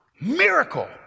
miracle